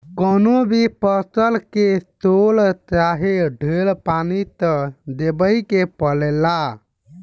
कवनो भी फसल के थोर चाहे ढेर पानी त देबही के पड़ेला